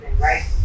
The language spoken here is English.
right